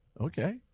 Okay